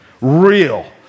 real